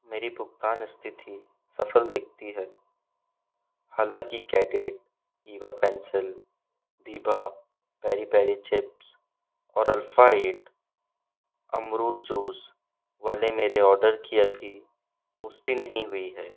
मेरी भुगतान स्थिति सफल दिखती है हालाँकि कैडेट ईवा पेंसिल दिभा पेरी पेरी चिप्स और अल्फ़ा ईट अमरूद जूस वाले मेरे आर्डर की अभी पुष्टि नहीं हुई है